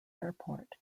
airport